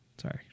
Sorry